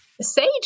sage